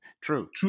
True